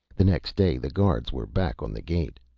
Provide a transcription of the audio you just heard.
the next day the guards were back on the gate.